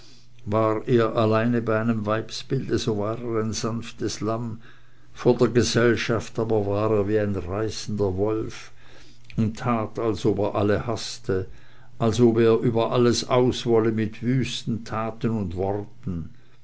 war er alleine bei einem weibsbilde so war er ein sanftes lamm vor der gesellschaft aber war er wie ein reißender wolf und tat als ob er alle haßte als ob er über alles auswolle mit wüsten taten und worten